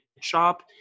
shop